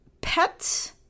pets